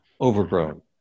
Overgrown